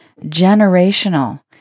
Generational